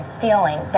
feeling